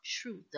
truth